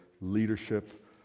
leadership